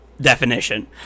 definition